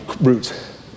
roots